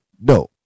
No